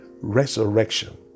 resurrection